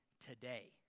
today